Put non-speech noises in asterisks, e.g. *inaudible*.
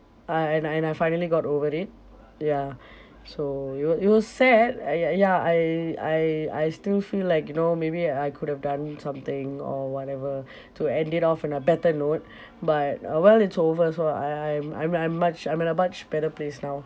uh and I and I finally got over it ya so it wa~ it was sad uh ya ya I I I still feel like you know maybe I could have done something or whatever *breath* to end it off in a better note but uh well it's over so I I'm I'm I'm much I'm in a much better place now